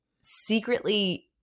secretly